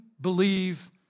believe